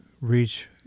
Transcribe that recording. reach